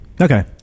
okay